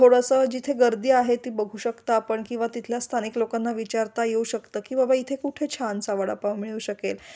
थोडंसं जिथे गर्दी आहे ती बघू शकतां आपण किंवा तिथल्या स्थानिक लोकांना विचारता येऊ शकतं की बाबा इथे कुठे छानसा वडापाव मिळू शकेल